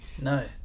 No